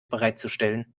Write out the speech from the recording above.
bereitzustellen